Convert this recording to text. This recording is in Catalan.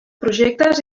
projectes